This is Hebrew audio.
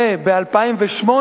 וב-2008,